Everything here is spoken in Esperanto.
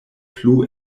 plu